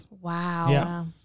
Wow